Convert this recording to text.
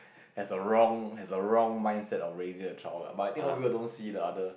has a wrong has a wrong mindset of raising a child lah but I think a lot people don't see the other